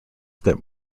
that